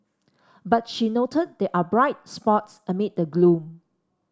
but she noted there are bright spots amid the gloom